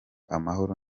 amahoro